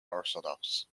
orthodox